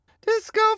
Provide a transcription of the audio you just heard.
Disco